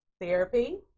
therapy